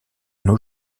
nos